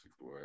boy